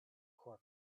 cork